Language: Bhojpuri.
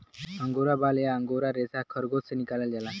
अंगोरा बाल या अंगोरा रेसा खरगोस से निकालल जाला